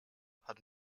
hat